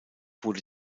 wurde